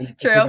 True